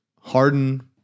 Harden